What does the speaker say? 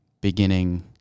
beginning